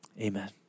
amen